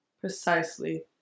precisely